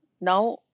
now